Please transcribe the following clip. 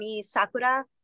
Sakura